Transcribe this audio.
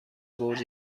برج